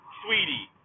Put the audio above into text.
sweetie